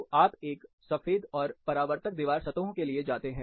तो आप एक सफेद और परावर्तक दीवार सतहों के लिए जाते हैं